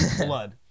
blood